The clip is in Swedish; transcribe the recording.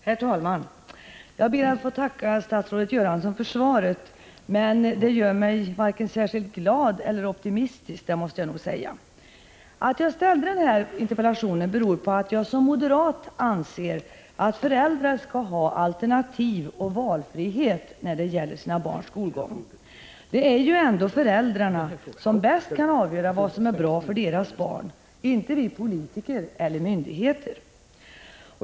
Herr talman! Jag ber att få tacka statsrådet Göransson för svaret, men jag måste säga att det varken gör mig särskilt glad eller optimistisk. Att jag framställde den här interpellationen beror på att jag som moderat anser att föräldrar skall ha alternativ och valfrihet när det gäller sina barns skolgång. Det är ju ändå föräldrarna som bäst kan avgöra vad som är bra för deras barn — inte vi politiker eller myndigheter.